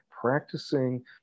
practicing